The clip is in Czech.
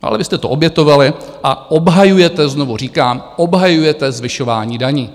Ale vy jste to obětovali a obhajujete, znovu říkám, obhajujete zvyšování daní.